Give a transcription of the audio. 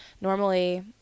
normally